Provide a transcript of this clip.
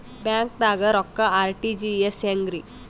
ಬ್ಯಾಂಕ್ದಾಗ ರೊಕ್ಕ ಆರ್.ಟಿ.ಜಿ.ಎಸ್ ಹೆಂಗ್ರಿ?